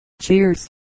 cheers